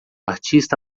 artista